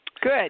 Good